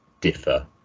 differ